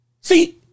see